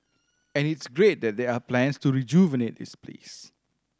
and it's great that there are plans to rejuvenate this place